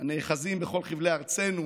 הנאחזים בכל חבלי ארצנו,